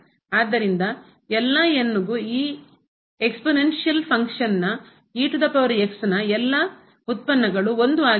ಆದ್ದರಿಂದ ಎಲ್ಲಾ ಗೂ ಈ ಎಕ್ಸ್ಪೋನೆಂಇನ್ಸಿಯಲ್ ಫಂಕ್ಷನ್ನ ಕಾರ್ಯದ ಘಾತೀಯ ನ ಎಲ್ಲಾ ಉತ್ಪನ್ನಗಳು 1 ಆಗಿರುತ್ತದೆ